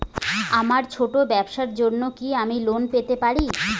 আমার ছোট্ট ব্যাবসার জন্য কি আমি লোন পেতে পারি?